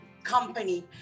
company